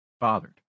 bothered